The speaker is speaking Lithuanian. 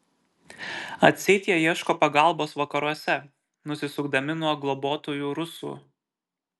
atseit jie ieško pagalbos vakaruose nusisukdami nuo globotojų rusų